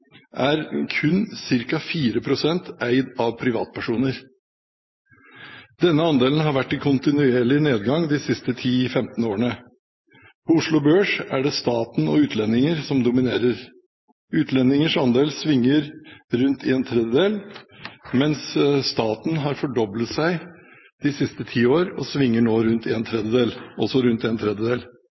er kun ca. 4 pst. eid av privatpersoner. Denne andelen har vært i kontinuerlig nedgang de siste 10–15 årene. På Oslo Børs er det staten og utlendinger som dominerer. Utlendingers andel svinger rundt en tredjedel, mens statens har fordoblet seg de siste ti år og svinger nå også rundt en tredjedel.